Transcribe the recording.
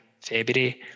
February